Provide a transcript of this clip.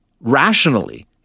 rationally